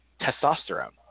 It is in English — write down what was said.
testosterone